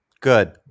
Good